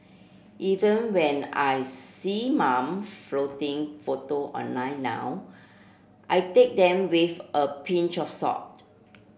even when I see mum flaunting photo online now I take them with a pinch of salt